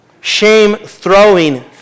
shame-throwing